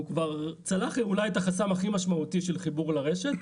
הוא כבר צלח את החסם אולי הכי משמעותי של חיבור ברשת.